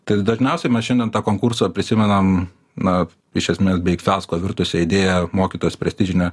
tai dažniausiai mes šiandien tą konkursą prisimenam na iš esmės beveik fiasko virtusia idėja mokytojas prestižinė